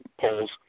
polls